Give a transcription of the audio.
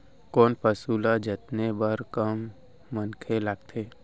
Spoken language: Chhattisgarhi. कोन पसु ल जतने बर कम मनखे लागथे?